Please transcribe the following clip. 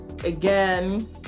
Again